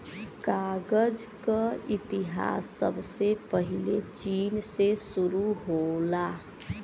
कागज क इतिहास सबसे पहिले चीन से शुरु होला